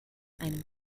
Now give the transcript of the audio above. einem